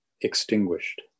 extinguished